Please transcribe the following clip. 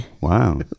Wow